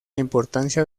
importancia